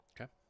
Okay